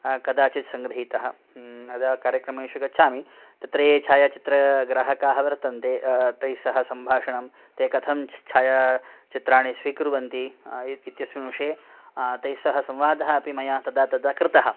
कदाचिद् सङ्गृहीतः यदा कार्यक्रमेषु गच्छामि तत्र ये छायाचित्रग्राहकाः वर्तन्ते तैः सह सम्भाषणं ते कथं छायाचित्रानि स्वीकुर्वन्ति इत्यस्मिन् विषये तैः सह संवादः अपि मया तदा तदा कृतः